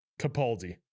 Capaldi